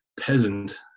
peasant